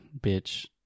Bitch